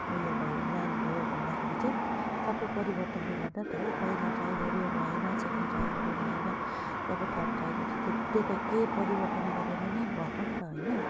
उयो भयो ल्यान्ड भयो भन्दाखेरि चाहिँ सबै परिवर्तनले गर्दा त हो पहिला ट्राई गर्यो भएन सेकेन्ड ट्राई गर्यो भएन जब थर्ड ट्राई गर्यो त्यो त केही परिवर्तन गरेरै भएको नि त होइन